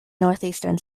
northeastern